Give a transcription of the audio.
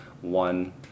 one